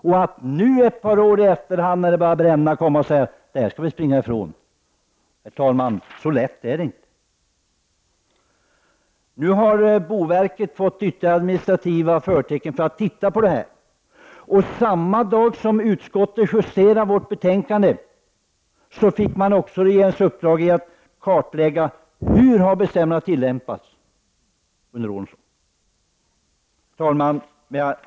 Det är inte så lätt att nu efter ett par år när det börjar brännas säga att man skall springa ifrån ansvaret. Boverket har fått ytterligare administrativa förtecken för att titta på detta. Samma dag som utskottet justerade detta betänkande fick boverket regeringens uppdrag att kartlägga hur bestämmelserna har tillämpats under årens lopp. Herr talman!